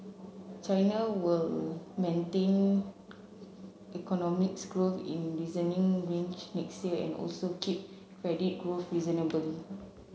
China will maintain economics growth in reasoning range next year and also keep credit growth reasonably